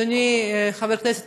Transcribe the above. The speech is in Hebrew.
חברי כנסת